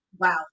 Wow